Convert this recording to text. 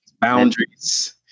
Boundaries